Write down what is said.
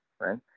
right